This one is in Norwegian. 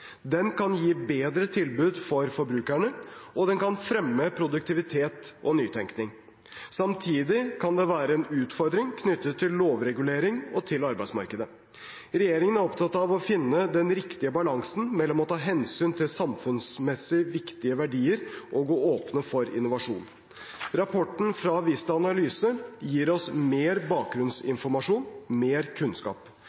Den kan gi bedre tilbud for forbrukerne, og den kan fremme produktivitet og nytenkning. Samtidig kan det være utfordringer knyttet til lovregulering og til arbeidsmarkedet. Regjeringen er opptatt av å finne den riktige balansen mellom å ta hensyn til samfunnsmessig viktige verdier og å åpne for innovasjon. Rapporten fra Vista Analyse gir oss mer